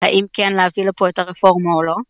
האם כן להביא לפה את הרפורמה או לא?